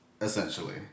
Essentially